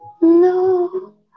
No